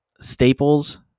staples